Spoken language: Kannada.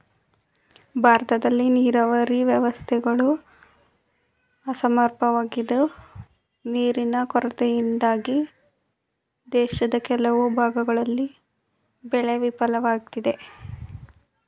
ಭಾರತದಲ್ಲಿ ನೀರಾವರಿ ವ್ಯವಸ್ಥೆಗಳು ಅಸಮರ್ಪಕವಾಗಿದ್ದು ನೀರಿನ ಕೊರತೆಯಿಂದಾಗಿ ದೇಶದ ಕೆಲವು ಭಾಗಗಳಲ್ಲಿ ಬೆಳೆ ವಿಫಲವಾಗಯ್ತೆ